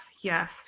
Yes